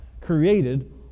created